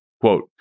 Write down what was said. Quote